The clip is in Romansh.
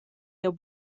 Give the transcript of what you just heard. jeu